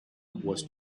was